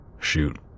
Shoot